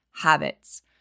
habits